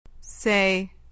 Say